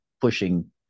pushing